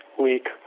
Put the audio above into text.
week